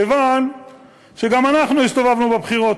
כיוון שגם אנחנו הסתובבנו בבחירות,